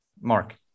Mark